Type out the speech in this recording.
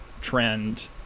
trend